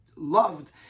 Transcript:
loved